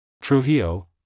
Trujillo